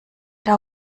hat